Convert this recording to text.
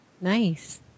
nice